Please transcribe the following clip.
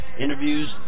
interviews